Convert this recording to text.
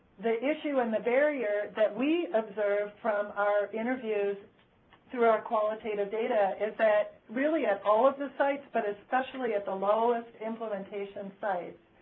the issue and the barrier that we observe from our interviews through our qualitative data is that really of all of the sites but especially at the lowest implementation sites,